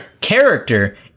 Character